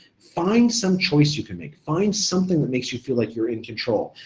find some choice you can make. find something that makes you feel like you're in control.